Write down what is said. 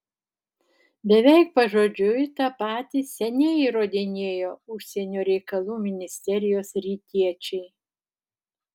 beveik pažodžiui tą patį seniai įrodinėjo užsienio reikalų ministerijos rytiečiai